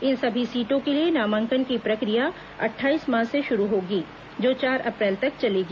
इन सभी सीटों के लिए नामांकन की प्रक्रिया अट्ठाईस मार्च से शुरू होगी जो चार अप्रैल तक चलेगी